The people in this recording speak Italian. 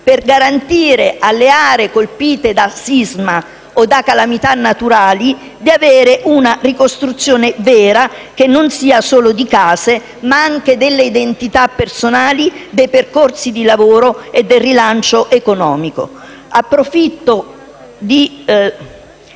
garantire alle aree colpite dal sisma o da calamità naturali di avere una ricostruzione vera, non solo di case, ma anche delle identità personali, dei percorsi di lavoro e del bilancio economico. Approfitto